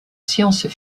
sciences